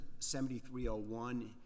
7301